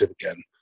again